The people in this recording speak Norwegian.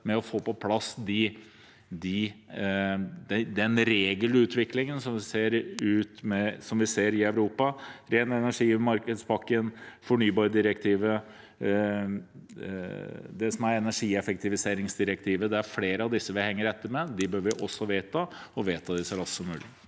å få på plass den regelutviklingen som vi ser i Europa, Ren energi-pakken, fornybardirektivet, energieffektiviseringsdirektivet. Flere av disse henger vi etter med. Dem bør vi også vedta, og vi bør vedta dem så raskt som mulig.